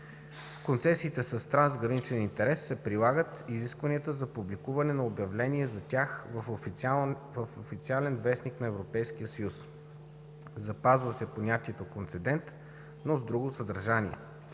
В концесиите с трансграничен интерес се прилагат изискванията за публикуване на обявление за тях в Официален вестник на Европейския съюз. Запазва се понятието „концедент“, но с друго съдържание.